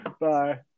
Bye